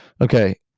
Okay